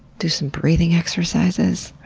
do some breathing exercises,